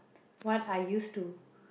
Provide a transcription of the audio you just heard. what I used to